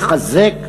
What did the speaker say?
לחזק,